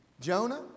Jonah